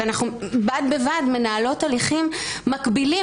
ואנחנו בד בבד מנהלות הליכים מקבילים,